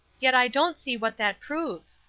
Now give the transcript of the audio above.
yet i don't see what that proves.